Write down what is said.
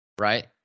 Right